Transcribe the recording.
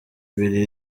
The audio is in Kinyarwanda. ibiri